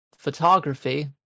photography